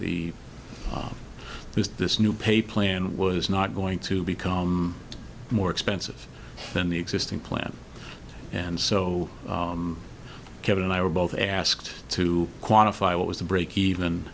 that the this new pay plan was not going to become more expensive than the existing plan and so kevin and i were both asked to quantify what was the break even